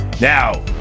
now